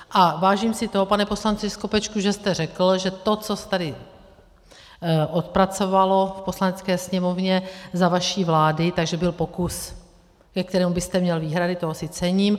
A vážím si toho, pane poslanče Skopečku, že jste řekl, že to, co se tady odpracovalo v Poslanecké sněmovně za vaší vlády, byl pokus, ke kterému byste měl výhrady, toho si cením.